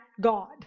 God